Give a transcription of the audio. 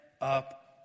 up